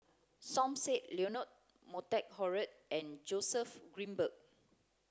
Som Said Leonard Montague Harrod and Joseph Grimberg